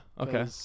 okay